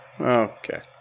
Okay